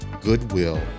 goodwill